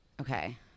Okay